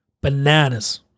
Bananas